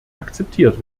akzeptiert